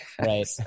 Right